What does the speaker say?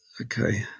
Okay